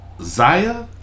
Zaya